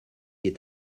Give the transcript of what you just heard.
est